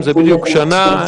זה בדיוק שנה.